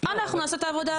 אנחנו נעשה את העבודה הזאת.